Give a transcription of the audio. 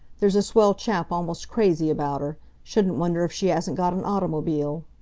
there's a swell chap almost crazy about her. shouldn't wonder if she hasn't got an automobile.